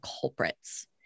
culprits